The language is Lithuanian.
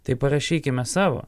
tai parašykime savo